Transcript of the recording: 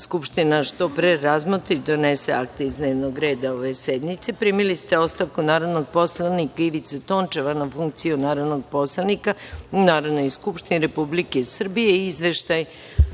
Skupština što pre razmotri i donese akte iz dnevnog reda ove sednice. Primili ste ostavku narodnog poslanika Ivice Tončeva na funkciju narodnog poslanika u Narodnoj skupštini Republike Srbije i izveštaj